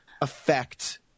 affect